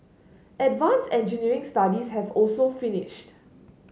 advance engineering studies have also finished